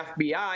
FBI